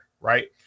Right